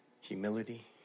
humility